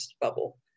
bubble